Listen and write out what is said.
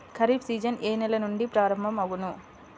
Kharif season ఏ నెల నుండి ప్రారంభం అగును?